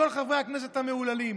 כל חברי הכנסת המהוללים,